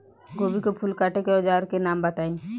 गोभी के फूल काटे के औज़ार के नाम बताई?